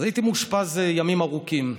אז הייתי מאושפז ימים ארוכים,